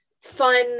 fun